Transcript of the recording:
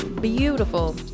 beautiful